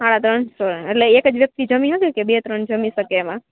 હાળા ત્રણસો એટલે એકજ વ્યક્તિ જમી હકે કે બે ત્રણ જમી શકે એમાં